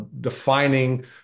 defining